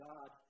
God